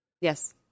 Yes